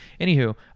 anywho